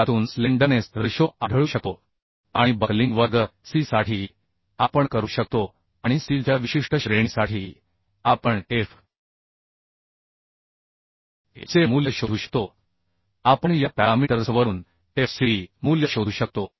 ज्यातून slenderness ratio आढळू शकतो आणि बकलिंग वर्ग सी साठी आपण करू शकतो आणि स्टीलच्या विशिष्ट श्रेणीसाठी आपण F y चे मूल्य शोधू शकतो आपण या पॅरामीटर्सवरून Fcd मूल्य शोधू शकतो